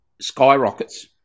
skyrockets